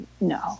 No